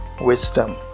wisdom